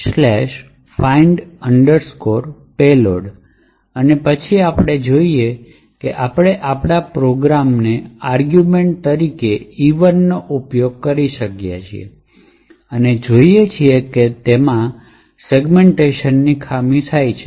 find payload અને પછી આપણે જોયું છે કે આપણે આપણા પ્રોગ્રામની આર્ગિવમેન્ટ તરીકે E1 નો ઉપયોગ કરી શકીએ છીએ અને જોઈએ છીએ કે તેનાથી સેગ્મેન્ટેશન ખામી થાય છે